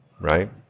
right